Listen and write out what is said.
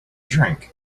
drink